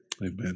Amen